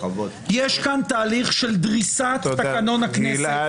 יש כאן תהליך של דריסת תקנון הכנסת.